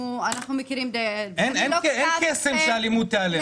אנחנו מכירים די --- אין קסם שהאלימות תיעלם.